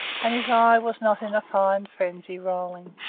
and his eye was not in a fine frenzy rolling.